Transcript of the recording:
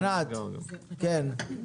ענת, כן.